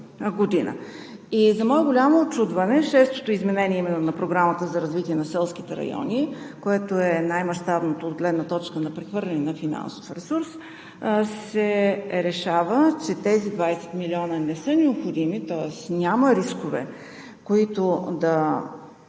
г. За мое голямо учудване с шестото изменение именно на Програмата за развитие на селските райони, което е най-мащабното от гледна точка на прехвърляне на финансов ресурс, се решава, че тези 20 милиона не са необходими, тоест няма рискове, които да